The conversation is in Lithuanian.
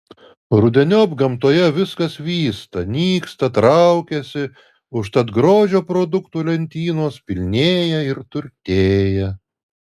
rudeniop gamtoje viskas vysta nyksta traukiasi užtat grožio produktų lentynos pilnėja ir turtėja